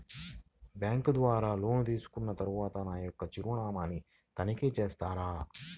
Bank ద్వారా loan తీసుకున్న తరువాత నా యొక్క చిరునామాని తనిఖీ చేస్తారా?